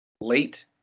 late